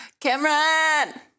Cameron